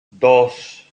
dos